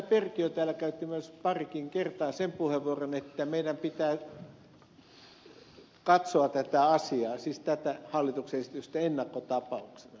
perkiö täällä käytti myös parikin kertaa sen puheenvuoron että meidän pitää katsoa tätä hallituksen esitystä ennakkotapauksena